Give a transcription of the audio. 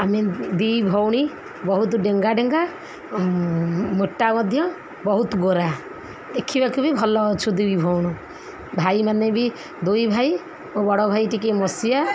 ଆମେ ଦୁଇ ଭଉଣୀ ବହୁତ ଡେଙ୍ଗା ଡେଙ୍ଗା ମୋଟା ମଧ୍ୟ ବହୁତ ଗୋରା ଦେଖିବାକୁ ବି ଭଲ ଅଛୁ ଦୁଇ ଭଉଣୀ ଭାଇମାନେ ବି ଦୁଇ ଭାଇ ଓ ବଡ଼ ଭାଇ ଟିକେ ମସିଆ